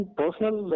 personal